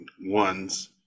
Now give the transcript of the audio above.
ones